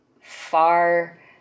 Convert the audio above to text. far